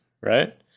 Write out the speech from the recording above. right